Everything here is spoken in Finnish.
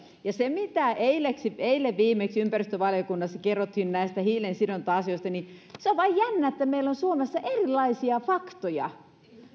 se mitä eilen viimeksi ympäristövaliokunnassa kerrottiin näistä hiilensidonta asioista se on vain jännä että meillä on suomessa erilaisia faktoja